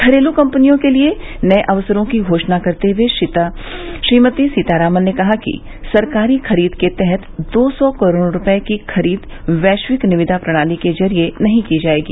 घरेलू कंपनियों के लिए नए अवसरों की घोषणा करते हुए श्रीमती सीतारामन ने कहा कि सरकारी खरीद के तहत दो सौ करोड़ रुपए की खरीद वैश्विक निविदा प्रणाली के जरिए नहीं की जाएगी